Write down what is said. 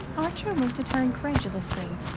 archer looked at her incredulously.